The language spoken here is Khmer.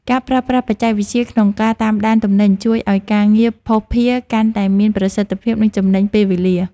ការប្រើប្រាស់បច្ចេកវិទ្យាក្នុងការតាមដានទំនិញជួយឱ្យការងារភស្តុភារកាន់តែមានប្រសិទ្ធភាព និងចំណេញពេលវេលា។